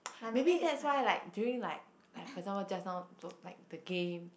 maybe that's why like during like like for example just now like the game